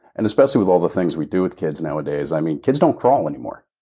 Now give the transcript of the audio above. and especially with all the things we do with kids nowadays, i mean, kids don't crawl anymore.